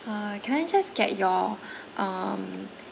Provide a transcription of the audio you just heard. uh can I just get your um